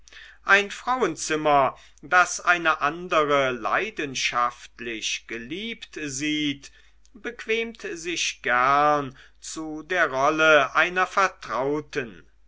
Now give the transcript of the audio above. ein frauenzimmer das eine andere leidenschaftlich geliebt sieht bequemt sich gern zu der rolle einer vertrauten